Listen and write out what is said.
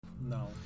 no